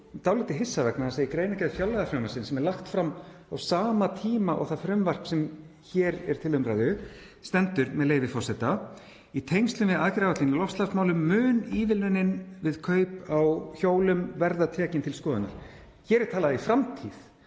dálítið hissa vegna þess að í greinargerð fjárlagafrumvarpsins, sem er lagt fram á sama tíma og það frumvarp sem hér er til umræðu, stendur, með leyfi forseta: „Í tengslum við aðgerðaráætlun í loftslagsmálum mun ívilnunin við kaup á hjólum verða tekin til skoðunar.“ Hér er talað í framtíð